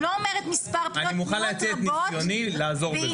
אני מוכן להציע את ניסיוני לעזור בזה.